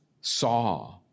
saw